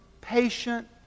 patient